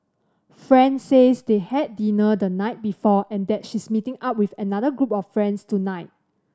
friend says they had dinner the night before and that she's meeting up with another group of friends tonight